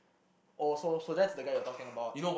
also so that's the guy you are talking about